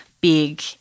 big